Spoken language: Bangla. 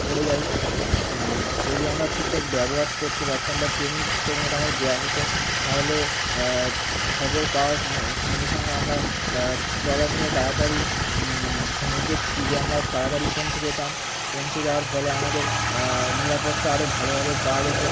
পড়ে যাই যদি আমরা ঠিকঠাক ব্যবহার করতে পারতাম বা ট্রেনিং ঠিকঠাক মতো আমাদের দেওয়া হতো তাহলে খবর পাওয়ার সঙ্গে সঙ্গে আমরা ট্রলার নিয়ে তাড়াতাড়ি সমুদ্রের তীরে আমরা তাড়াতাড়ি পৌঁছে যেতাম পৌঁছে যাওয়ার ফলে আমাদের নিরাপত্তা আরো ভালোভাবে পাওয়া যেত